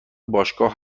باشگاه